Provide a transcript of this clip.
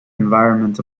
environment